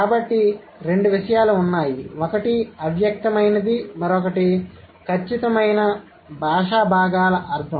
కాబట్టి రెండు విషయాలు ఉన్నాయి ఒకటి అవ్యక్తమైనది మరొకటి మరొకటి ఖచ్చితమైన బాషా భాగాల అర్థం